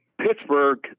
Pittsburgh